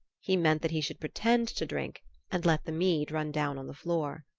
he meant that he should pretend to drink and let the mead run down on the floor.